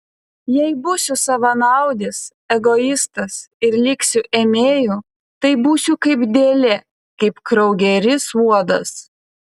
jei būsiu savanaudis egoistas ir liksiu ėmėju tai būsiu kaip dėlė kaip kraugerys uodas